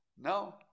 No